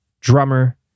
drummer